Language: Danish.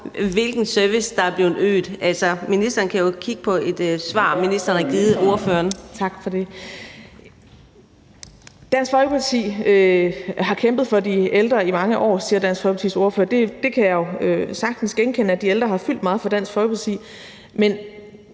(Bent Bøgsted): Så er det ministeren. Kl. 11:50 Social- og ældreministeren (Astrid Krag): Tak for det. Dansk Folkeparti har kæmpet for de ældre i mange år, siger Dansk Folkepartis ordfører. Jeg kan jo sagtens genkende, at de ældre har fyldt meget for Dansk Folkeparti, men